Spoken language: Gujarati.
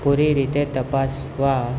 પૂરી રીતે તપાસવા